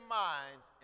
minds